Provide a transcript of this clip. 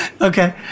Okay